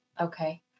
Okay